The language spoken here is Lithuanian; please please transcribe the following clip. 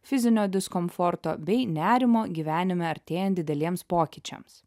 fizinio diskomforto bei nerimo gyvenime artėjant dideliems pokyčiams